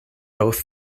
both